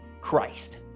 christ